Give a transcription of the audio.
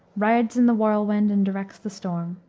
rides in the whirlwind and directs the storm.